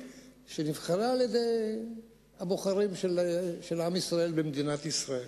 שנבחרה על-ידי הבוחרים של עם ישראל במדינת ישראל.